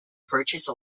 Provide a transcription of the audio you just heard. purchase